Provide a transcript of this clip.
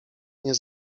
nie